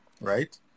right